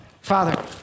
Father